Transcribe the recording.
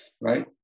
right